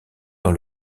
dans